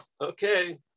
okay